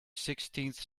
sixteenth